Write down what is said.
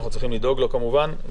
אנחנו צריכים לדאוג לו כמובן.